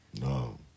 No